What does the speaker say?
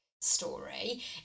story